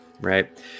right